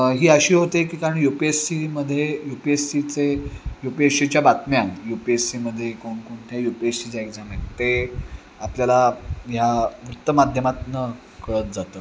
ही अशी होते की कारण यू पी एस सीमध्ये यू पी एस सीचे यू पी एस सीच्या बातम्या यू पी एस सीमध्ये कोणकोणत्या यू पी एस सी ज्या एक्झाम आहे ते आपल्याला ह्या वृत्तमाध्यमातून कळत जातं